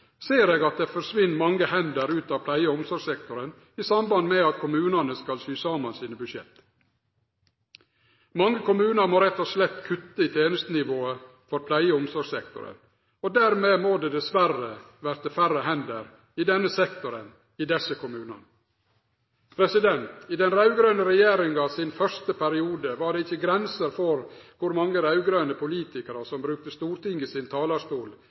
ser eg at det forsvinn mange hender ut av pleie- og omsorgssektoren i samband med at kommunane skal sy saman sine budsjett. Mange kommunar må rett og slett kutte i tenestenivået for pleie- og omsorgssektoren, og dermed må det dessverre verte færre hender i denne sektoren i desse kommunane. I den raud-grøne regjeringa sin første periode var det ikkje grenser for kor mange raud-grøne politikarar som brukte Stortinget sin talarstol